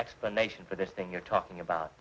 explanation for the thing you're talking about